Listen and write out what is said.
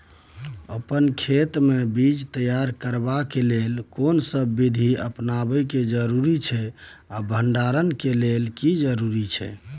अपन खेत मे बीज तैयार करबाक के लेल कोनसब बीधी अपनाबैक जरूरी अछि आ भंडारण के लेल की जरूरी अछि?